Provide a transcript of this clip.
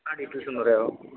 ആ ഡീറ്റെയിൽസൊന്നു പറയാമോ